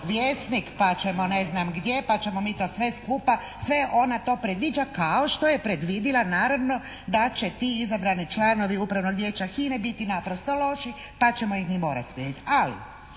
pa ćemo ne znam gdje, pa ćemo mi to sve skupa, sve ona to predviđa kao što je predvidila naravno da će ti izabrani članovi Upravnog vijeća HINA-e biti naprosto loši pa ćemo ih mi morati smijeniti.